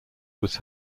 was